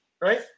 right